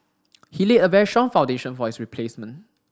he laid a very strong foundation for his replacement